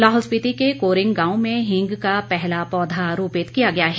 लाहौल स्पीति के कोरिंग गांव में हींग का पहला पौधा रोपित किया गया है